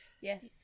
Yes